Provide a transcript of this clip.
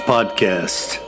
Podcast